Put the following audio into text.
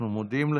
אנחנו מודים לך.